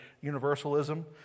universalism